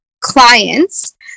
clients